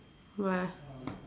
what